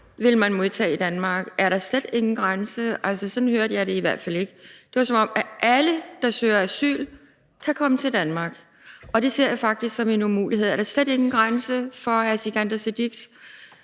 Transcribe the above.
vil man modtage i Danmark? Er der slet ingen grænse? Sådan hørte jeg det i hvert fald ikke. Det var, som om alle, der søger asyl, kan komme til Danmark, og det ser jeg faktisk som en umulighed. Er der slet ingen grænse for hr. Sikandar Siddiques